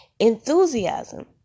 Enthusiasm